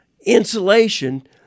insulation